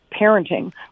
parenting